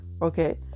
Okay